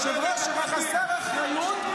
היושב-ראש שלך חסר אחריות,